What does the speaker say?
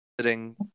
sitting